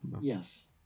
Yes